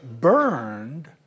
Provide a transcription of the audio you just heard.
burned